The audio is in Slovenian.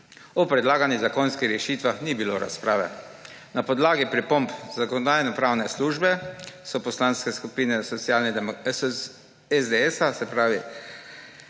O predlaganih zakonskih rešitvah ni bilo razprave. Na podlagi pripomb Zakonodajno-pravne službe so poslanske skupine SDS, Nova